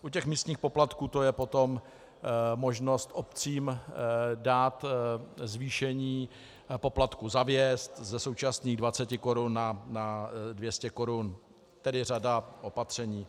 U místních poplatků je potom možnost obcím dát zvýšení poplatku za vjezd ze současných 20 korun na 200 korun, tedy řada opatření.